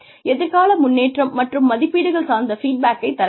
எதிர்கால முன்னேற்றம் மற்றும் மதிப்பீடுகள் சார்ந்த ஃபீட்பேக்கை தர வேண்டும்